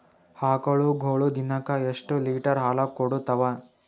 ಆಕಳುಗೊಳು ದಿನಕ್ಕ ಎಷ್ಟ ಲೀಟರ್ ಹಾಲ ಕುಡತಾವ?